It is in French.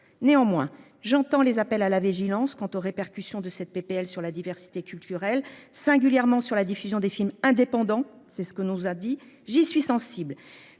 néanmoins j'entends les appels à la vigilance quant aux répercussions de cette PPL sur la diversité culturelle singulièrement sur la diffusion des films indépendants. C'est ce que nous a dit j'y suis sensible